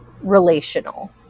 relational